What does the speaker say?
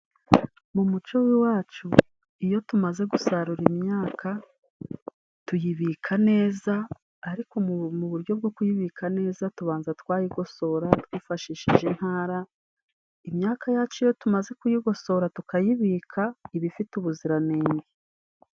Mu muco w'iwacu iyo tumaze gusarura imyaka tuyibika neza, ariko mu buryo bwo kuyibika neza tubanza twayigosora twifashishije intara, imyaka yacu iyo tumaze kuyigosora tukayibika iba ifite ubuziranenge.